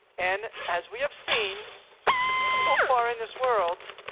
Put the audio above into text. and as we have seen so far in this world,